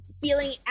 feeling